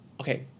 Okay